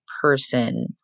person